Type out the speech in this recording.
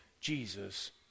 Jesus